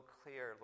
clear